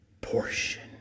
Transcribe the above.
portion